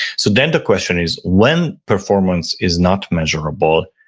so then the question is, when performance is not measurable,